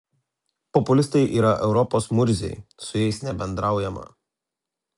populistai yra europos murziai su jais nebendraujama